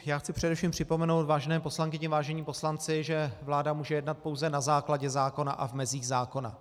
Já chci především připomenout, vážené poslankyně, vážení poslanci, že vláda může jednat pouze na základě zákona a v mezích zákona.